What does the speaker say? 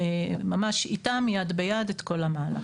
ממש איתם יד ביד את כל המהלך.